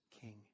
king